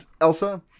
Elsa